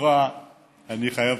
אני חייב,